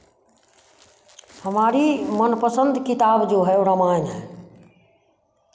हमारी मनपसंद किताब जो है वह रामायण है